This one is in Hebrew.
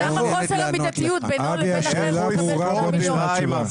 ולמה חוסר המידתיות בינו לבין נכה שמקבל שלושה מיליון?